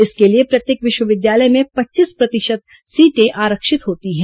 इसके लिए प्रत्येक विश्वविद्यालय में पच्चीस प्रतिशत सीटे आरक्षित होती हैं